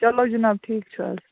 چَلو جِناب ٹھِیٖک چھُ حظ